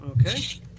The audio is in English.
okay